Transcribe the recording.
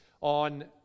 on